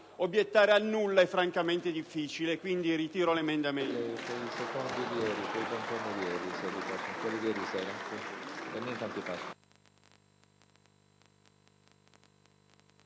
obiettare al nulla è francamente difficile. Quindi, ritiro l'emendamento.